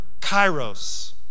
kairos